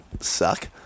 suck